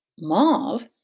Mauve